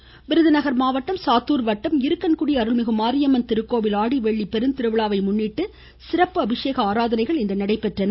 கோவில் விருதுநகர் மாவட்டம் சாத்தூர் வட்டம் இருக்கண்குடி அருள்மிகு மாரியம்மன் திருக்கோவில் ஆடிவெள்ளி பெருந்திருவிழாவை முன்னிட்டு சிறப்பு அபிஷேக ஆராதனைகள் இன்று நடைபெற்றன